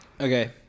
Okay